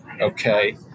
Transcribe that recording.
Okay